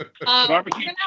Barbecue